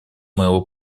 моего